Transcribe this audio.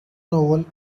novel